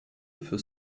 für